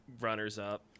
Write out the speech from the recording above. runners-up